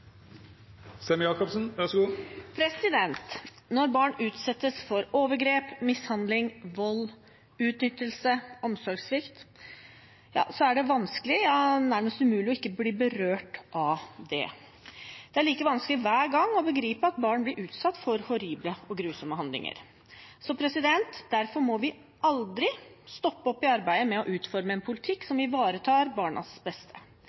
vanskelig, nærmest umulig, ikke å bli berørt av det. Det er like vanskelig hver gang å begripe at barn blir utsatt for horrible og grusomme handlinger. Derfor må vi aldri stoppe opp i arbeidet med å utforme en politikk som ivaretar barnas beste.